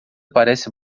parece